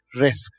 risk